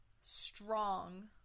strong